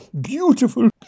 beautiful